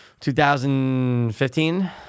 2015